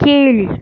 கீழ்